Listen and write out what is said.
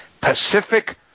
Pacific